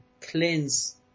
cleanse